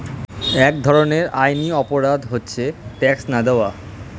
এক ধরনের আইনি অপরাধ হচ্ছে ট্যাক্স না দেওয়া